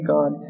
God